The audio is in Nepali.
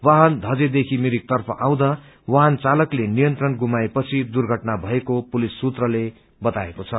वाहन थजेदेखि मिरिक तर्फ आउँदा वाहन चालकले निंत्रण गुमाएपछि दुर्घटना घटेको पुलिस सुत्रले बताएको छ